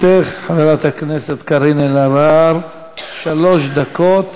לרשותך, חברת הכנסת קארין אלהרר, שלוש דקות.